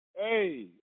Hey